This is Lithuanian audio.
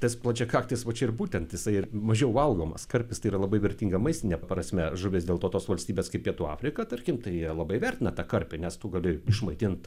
tas plačiakaktis va čia ir būtent jisai mažiau valgomas karpis tai yra labai vertinga maistine prasme žuvis dėl to tos valstybės kaip pietų afrika tarkim tai labai vertina tą karpį nes tu gali išmaitint